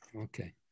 Okay